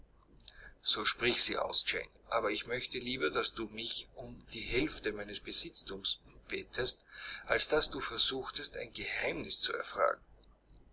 so sprich sie aus jane aber ich möchte lieber daß du mich um die hälfte meines besitztums bätest als daß du versuchtest ein geheimnis zu